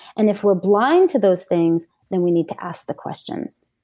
and if we're blind to those things, then we need to ask the questions.